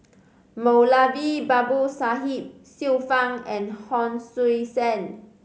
Moulavi Babu Sahib Xiu Fang and Hon Sui Sen